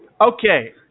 Okay